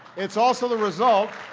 it's also the result